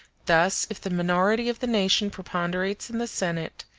thus, if the minority of the nation preponderates in the senate.